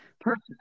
Perfect